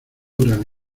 gran